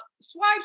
swipe